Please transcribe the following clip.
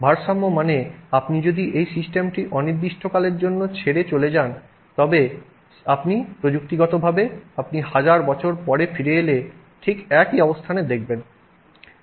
ভারসাম্য মানে আপনি যদি এই সিস্টেমটি অনির্দিষ্টকালের জন্য ছেড়ে চলে যান তবে আপনি প্রযুক্তিগতভাবে আপনি হাজার বছর পরে ফিরে এলে ঠিক একই অবস্থানে দেখবেন